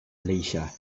leisure